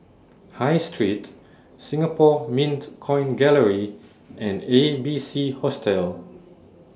High Street Singapore Mint Coin Gallery and A B C Hostel